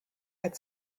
had